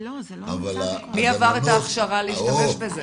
אבל הגננות --- מי עבר את ההכשרה להשתמש בזה?